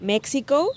Mexico